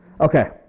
Okay